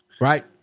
Right